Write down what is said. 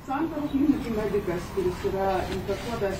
santarų klinikų medikas kuris yra infekuotas